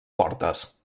portes